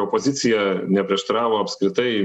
opozicija neprieštaravo apskritai